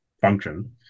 function